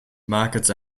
markets